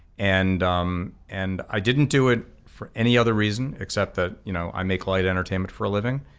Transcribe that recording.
and um and i didn't do it for any other reason except that you know i make light entertainment for a living.